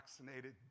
vaccinated